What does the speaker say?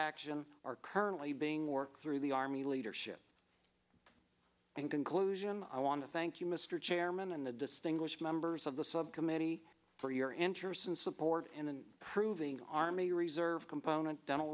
action are currently being worked through the army leadership and conclusion i want to thank you mr chairman and the distinguished members of the subcommittee for your interest since aboard and then proving army reserve component dental